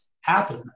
happen